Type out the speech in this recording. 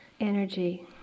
energy